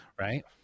right